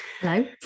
Hello